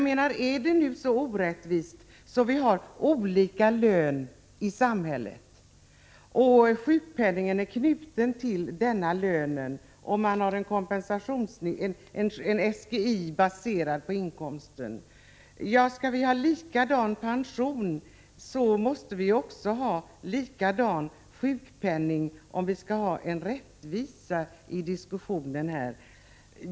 Det är nu så orättvist att vi har olika löner i samhället, och den sjukpenninggrundande inkomsten är baserad på den totala inkomsten. Skall vi ha lika hög pension till alla måste vi också ha lika hög sjukpenning, om det skall vara fråga om rättvisa.